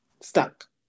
stuck